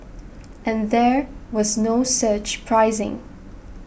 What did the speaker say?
and there was no surge pricing